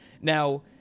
Now